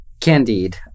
Candide